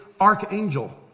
archangel